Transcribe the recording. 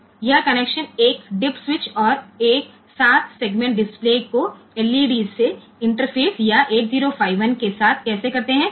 આપણે આ 1 dip switch અને 7 સેગમેન્ટ ડિસ્પ્લે LED અથવા 8051 સાથે તેનું ઈન્ટરફેસ કેવી રીતે કરીએ છીએ